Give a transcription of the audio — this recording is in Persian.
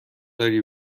داری